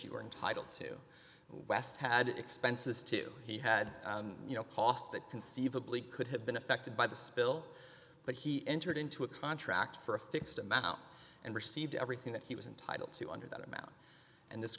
you were entitled to west had expenses to he had you know costs that conceivably could have been affected by the spill but he entered into a contract for a fixed amount and received everything that he was entitled to under that amount and this